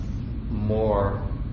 more